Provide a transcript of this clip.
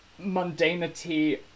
mundanity